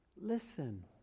listen